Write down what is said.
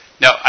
No